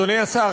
אדוני השר,